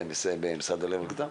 במשרד העלייה הקליטה,